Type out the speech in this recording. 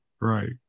Right